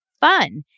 fun